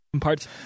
parts